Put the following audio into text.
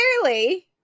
clearly